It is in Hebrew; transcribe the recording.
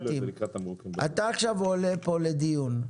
אתה עכשיו עולה פה לדיון.